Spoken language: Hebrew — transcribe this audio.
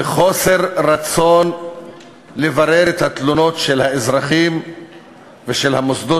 וחוסר רצון לברר את התלונות של האזרחים ושל המוסדות